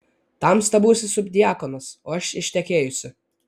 tamsta būsi subdiakonas o aš ištekėjusi